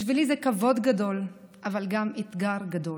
בשבילי זה כבוד גדול, אבל גם אתגר גדול.